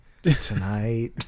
Tonight